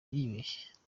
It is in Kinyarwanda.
yibeshye